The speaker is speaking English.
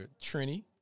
Trini